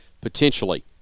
potentially